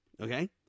okay